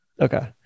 okay